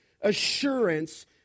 assurance